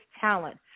talent